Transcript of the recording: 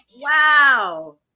Wow